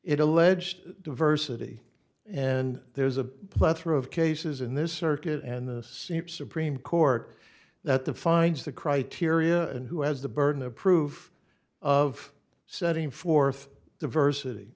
alleged diversity and there's a plethora of cases in this circuit and this seems supreme court that the finds the criteria and who has the burden of proof of setting forth diversity